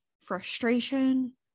Frustration